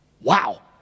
Wow